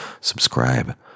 subscribe